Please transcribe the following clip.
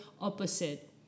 opposite